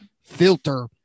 filter